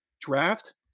Draft